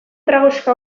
tragoxka